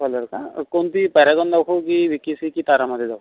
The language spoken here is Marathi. कलर का कोणती पैरागॉन दाखवू की वी के सी की पैरामध्ये दाखवू